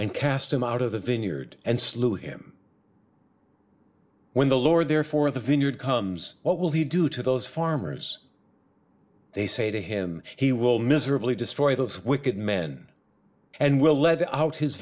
and cast him out of the vineyard and slew him when the lord therefore the vineyard comes what will he do to those farmers they say to him he will miserably destroy those wicked men and will lead out his